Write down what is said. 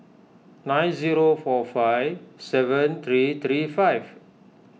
nine zero four five seven three three five